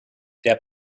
der